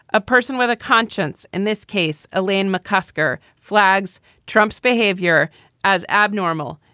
a person with a conscience. in this case, elaine mccosker flags trump's behavior as abnormal,